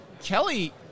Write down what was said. Kelly